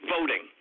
Voting